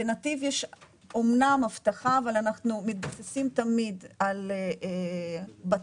לנתיב יש אמנם אבטחה אבל אנחנו מתבססים תמיד על בטמ"ח,